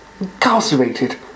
incarcerated